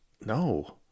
No